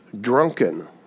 drunken